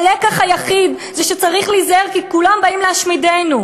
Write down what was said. הלקח היחיד זה שצריך להיזהר כי כולם באים להשמידנו.